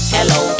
Hello